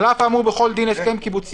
בעינינו זו הרחבה מאוד לא פשוטה